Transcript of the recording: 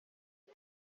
you